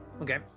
Okay